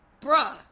bruh